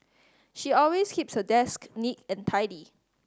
she always keeps her desk neat and tidy